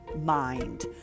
mind